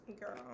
Girl